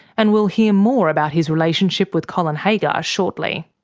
and we'll hear more about his relationship with colin haggar shortly.